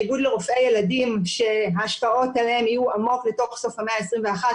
האיגוד לרופאי ילדים שההשפעות עליהם יהיו עמוק לתוך סוף המאה ה-21,